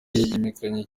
yamenyekanye